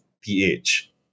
PH